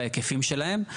בהיקפים שלהם.